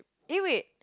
eh wait